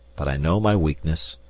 but i know my weakness,